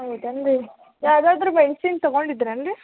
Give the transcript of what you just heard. ಹೌದೇನು ರೀ ಯಾವ್ದಾದರು ಮೆಡಿಸಿನ್ ತಗೊಂಡಿದ್ರೇನು ರೀ